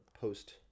post